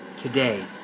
today